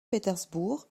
pétersbourg